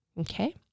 Okay